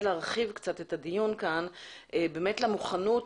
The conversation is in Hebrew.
להרחיב את הדיון כאן באשר למוכנות.